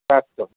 अस्तु